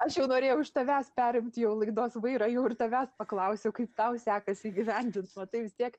aš jau norėjau iš tavęs perimti jau laidos vairą jau ir tavęs paklausiau kaip tau sekasi įgyvendint matai vis tiek